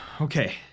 Okay